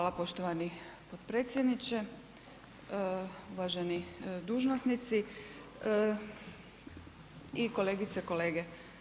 Hvala poštovani potpredsjedniče, uvaženi dužnosnici i kolegice i kolege.